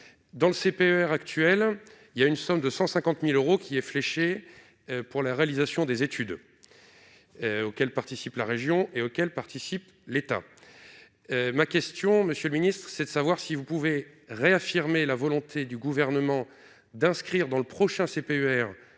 dans le CPER actuels, il y a une somme de 150000 euros qui est fléchée pour la réalisation des études participe, la région et auquel participe l'État ma question Monsieur le Ministre, c'est de savoir si vous pouvez, réaffirmé la volonté du gouvernement d'inscrire dans le prochains CPER